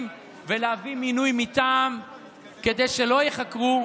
ולהביא מינוי מטעם כדי שלא ייחקרו,